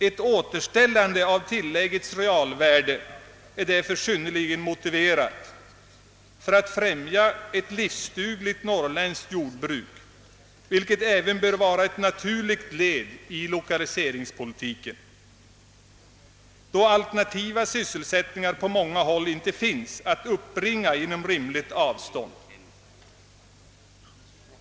Ett återställande av tilläggets realvärde är därför synnerligen motiverat för att främja ett livsdugligt norrländskt jordbruk, vilket även bör vara ett naturligt led i lokaliseringspolitiken, då alternativa sysselsättningar på många håll inte finns att uppbringa inom rimligt avstånd.